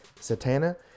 satana